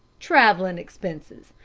travelin' expenses.